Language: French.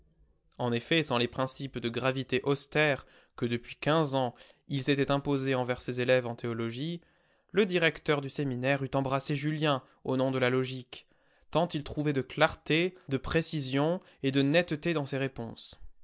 en effet sans les principes de gravité austère que depuis quinze ans il s'était imposés envers ses élèves en théologie le directeur du séminaire eût embrassé julien au nom de la logique tant il trouvait de clarté de précision et de netteté dans ses réponses